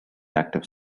active